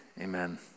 amen